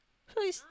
so it's